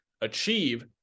achieve